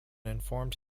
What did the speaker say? informed